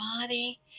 body